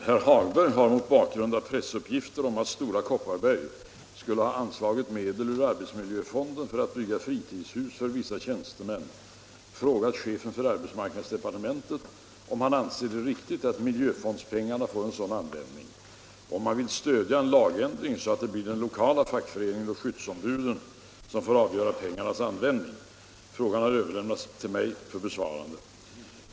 Herr talman! Herr Hagberg i Borlänge har - mot bakgrund av pressuppgifter om att Stora Kopparberg skulle ha anslagit medel ur arbetsmiljöfonden för att bygga fritidshus för vissa tjänstemän — frågat chefen för arbetsmarknadsdepartementet om han anser det riktigt att miljöfondspengarna får en sådan användning och om han vill stödja en lagändring, så att det blir den lokala fackföreningen och skyddsombuden som får avgöra pengarnas användning. Frågan har överlämnats till mig för besvarande.